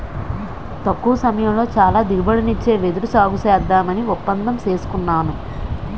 తక్కువ సమయంలో చాలా దిగుబడినిచ్చే వెదురు సాగుసేద్దామని ఒప్పందం సేసుకున్నాను